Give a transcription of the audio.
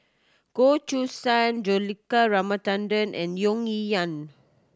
Goh Choo San Juthika Ramanathan and Tung Yue Nang